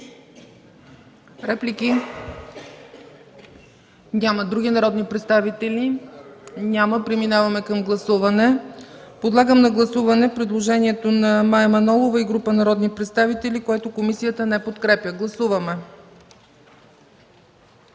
Реплики? Няма. Други народни представители? Няма. Преминаваме към гласуване. Подлагам на гласуване предложението на народния представител Мая Манолова и група народни представители, което комисията не подкрепя. Гласували